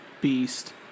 beast